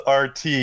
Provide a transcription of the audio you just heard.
rt